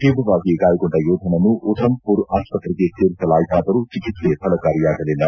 ಕ್ರೀವ್ರವಾಗಿ ಗಾಯಗೊಂಡ ಯೋಧನನ್ನು ಉಧಮ್ಮರ್ ಆಸ್ವತ್ರೆಗೆ ಸೇರಿಸಲಾಯಿತಾದರೂ ಚಿಕಿತ್ಸೆ ಫಲಕಾರಿಯಾಗಲಿಲ್ಲ